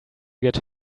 get